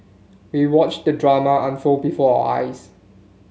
we watched the drama unfold before our eyes